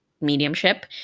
mediumship